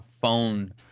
phone